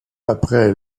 après